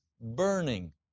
burning